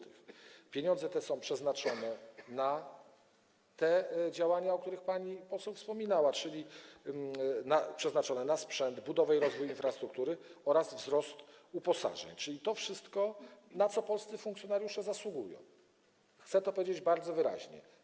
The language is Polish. Te pieniądze są przeznaczone na działania, o których pani poseł wspominała, czyli na sprzęt, budowę i rozwój infrastruktury oraz wzrost uposażeń, czyli na to wszystko, na co polscy funkcjonariusze zasługują i chcę to powiedzieć bardzo wyraźnie.